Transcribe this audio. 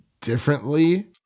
differently